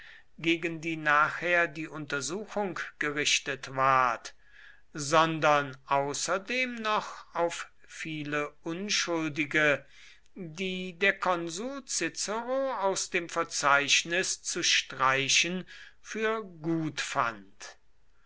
gegen die nachher die untersuchung gerichtet ward sondern außerdem noch auf viele unschuldige die der konsul cicero aus dem verzeichnis zu streichen für gut fand